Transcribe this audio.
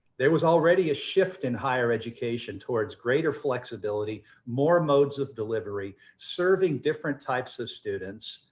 there was already a shift in higher education towards greater flexibility, more modes of delivery, serving different types of students,